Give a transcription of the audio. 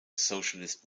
socialist